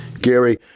Gary